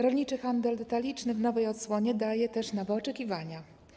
Rolniczy handel detaliczny w nowej odsłonie stwarza też nowe oczekiwania.